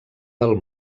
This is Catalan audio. del